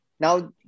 Now